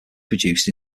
produced